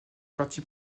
parti